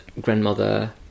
grandmother